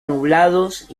nublados